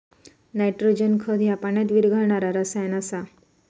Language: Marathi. नायट्रोजन खत ह्या पाण्यात विरघळणारा रसायन आसा